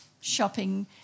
shopping